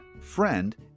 friend